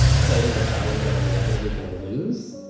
fighting a battle that i'm inevitably going to lose?